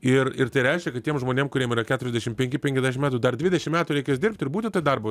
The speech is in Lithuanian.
ir ir tai reiškia kad tiem žmonėm kuriem yra keturiasdešim penki penkiasdešim metų dar dvidešim metų reikės dirbt ir būti toj darbo